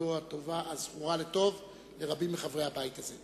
הזכורה לטוב לרבים מחברי הבית הזה.